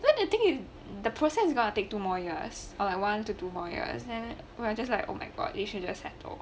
then the thing is the process is going to take two more years or like one or two more years then I just like oh my god you should have settled